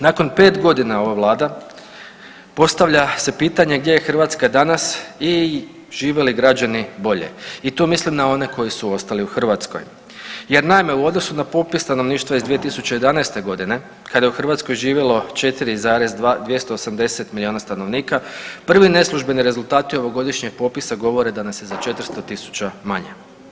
Nakon 5 godina ova vlada, postavlja se pitanje gdje je Hrvatska danas i žive li građani bolje i tu mislim na one koji su ostali u Hrvatskoj jer naime u odnosu na popis stanovništva iz 2011. godine kada je u Hrvatskoj živjelo 4,280 miliona stanovnika prvi neslužbeni rezultati ovogodišnjeg popisa govore da nas je za 400.000 manje.